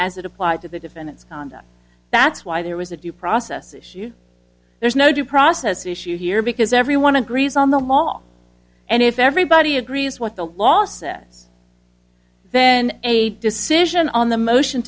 as it applied to the defendants conduct that's why there was a due process issue there's no due process issue here because everyone agrees on the mall and if everybody agrees what the law says then a decision on the motion